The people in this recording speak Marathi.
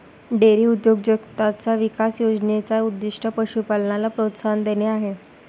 डेअरी उद्योजकताचा विकास योजने चा उद्दीष्ट पशु पालनाला प्रोत्साहन देणे आहे